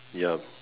ya